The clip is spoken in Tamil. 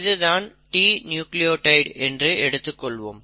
இது தான் T நியூக்ளியோடைடு என்று எடுத்துக்கொள்வோம்